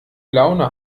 laune